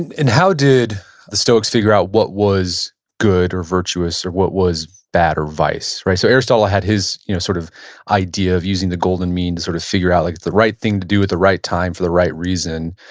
and how did the stoics figure out what was good or virtuous, or what was bad or vice? so, aristotle had his you know sort of idea of using the golden mean to sort of figure out like the right thing to do at the right time for the right reason,